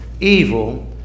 evil